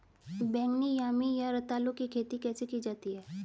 बैगनी यामी या रतालू की खेती कैसे की जाती है?